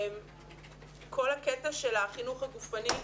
כל הקטע של החינוך הגופני.